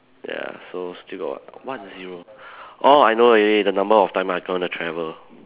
ya so still got what what zero oh I know already the number of time I gonna travel